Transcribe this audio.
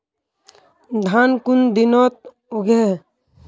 धान कुन दिनोत उगैहे